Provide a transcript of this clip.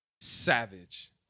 Savage